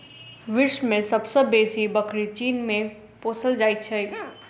विश्व मे सब सॅ बेसी बकरी चीन मे पोसल जाइत छै